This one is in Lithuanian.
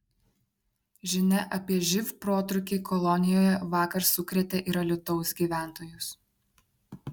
žinia apie živ protrūkį kolonijoje vakar sukrėtė ir alytaus gyventojus